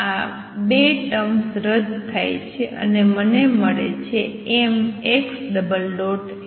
આ ૨ ટર્મ્સ રદ થાય છે અને મને મળે છે mxx mxx